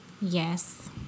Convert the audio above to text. Yes